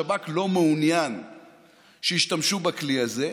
השב"כ לא מעוניין שישתמשו בכלי הזה,